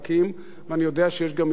אני יודע שיש גם אילוצים אחרים,